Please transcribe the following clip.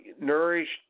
nourished